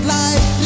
life